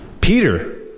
Peter